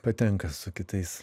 patenka su kitais